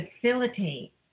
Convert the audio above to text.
facilitate